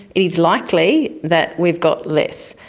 it is likely that we've got less.